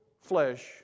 flesh